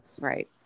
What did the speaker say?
right